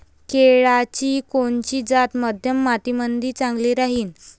केळाची कोनची जात मध्यम मातीमंदी चांगली राहिन?